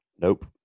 Nope